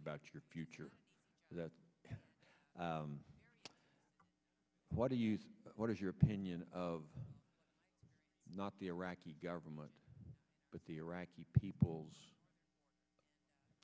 about your future that what do you see what is your opinion of not the iraqi government but the iraqi people's